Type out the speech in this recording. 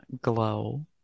glow